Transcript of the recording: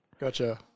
Gotcha